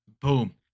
Boom